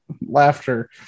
laughter